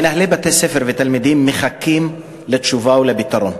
מנהלי בתי-ספר ותלמידים מחכים לתשובה או לפתרון,